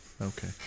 Okay